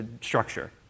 structure